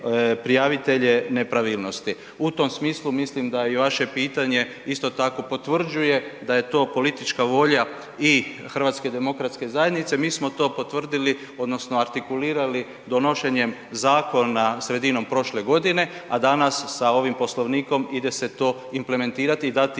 prijavitelje nepravilnosti. U tom smislu mislim da i vaše pitanje isto tako potvrđuje da je to politička volja i HDZ-a, mi smo to potvrdili odnosno artikulirali donošenjem zakona sredinom prošle godine, a danas sa ovim Poslovnikom ide se to implementirati i dati